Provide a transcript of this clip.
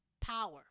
power